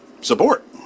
support